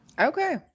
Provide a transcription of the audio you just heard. Okay